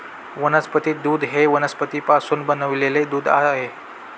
वनस्पती दूध हे वनस्पतींपासून बनविलेले दूध आहे